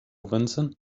vincent